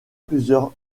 plusieurs